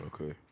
Okay